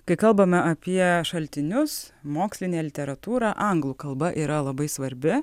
kai kalbame apie šaltinius mokslinę literatūrą anglų kalba yra labai svarbi